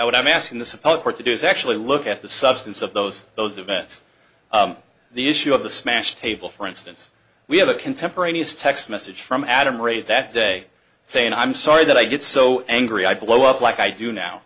would i'm asking the supposed court to do is actually look at the substance of those those events the issue of the smashed table for instance we have a contemporaneous text message from adam ray that day saying i'm sorry that i get so angry i blow up like i do now